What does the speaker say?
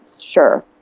sure